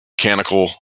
mechanical